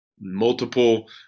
Multiple